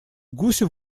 гусев